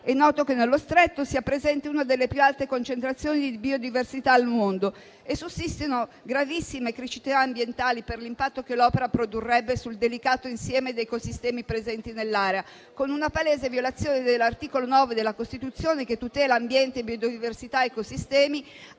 È noto che nello Stretto sia presente una delle più alte concentrazioni di biodiversità al mondo e sussistono gravissime criticità ambientali per l'impatto che l'opera produrrebbe sul delicato insieme di ecosistemi presenti nell'area, con una palese violazione dell'articolo 9 della Costituzione che tutela ambiente, biodiversità, ed ecosistemi,